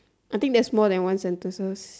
I think that's more than one sentences